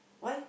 why